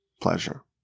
pleasure